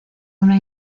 una